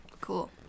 cool